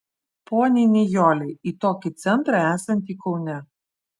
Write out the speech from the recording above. poniai nijolei į tokį centrą esantį kaune